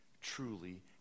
truly